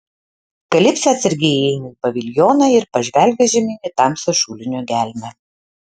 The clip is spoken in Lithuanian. kalipsė atsargiai įeina į paviljoną ir pažvelgia žemyn į tamsią šulinio gelmę